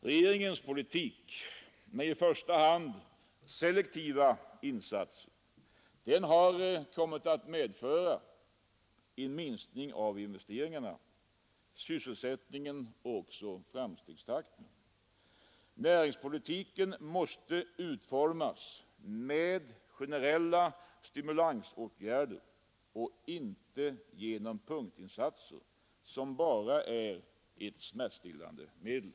Regeringens politik med i första hand selektiva insatser har medfört en minskning av investeringarna, sysselsättningen och framstegstakten. Näringspolitiken måste utformas med generella stimulansåtgärder och inte genom punktinsatser, som bara är ett smärtstillande medel.